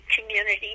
community